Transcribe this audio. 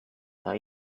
are